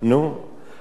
יש שעת הנקה,